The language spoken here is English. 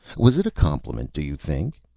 was it a compliment, do you think?